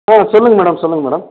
ஆ சொல்லுங்கள் மேடம் சொல்லுங்கள் மேடம்